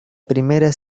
primera